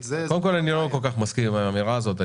--- קודם כול אני לא כל כך מסכים עם האמירה הזאת.